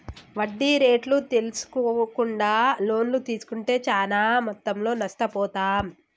వడ్డీ రేట్లు తెల్సుకోకుండా లోన్లు తీస్కుంటే చానా మొత్తంలో నష్టపోతాం